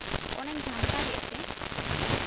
ᱚᱱᱟᱧ ᱜᱷᱟᱱᱴᱟ ᱠᱮᱫ ᱛᱮ